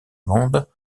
monde